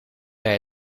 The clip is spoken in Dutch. bij